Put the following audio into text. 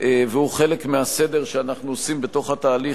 והוא חלק מהסדר שאנחנו עושים בתוך התהליך,